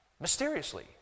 mysteriously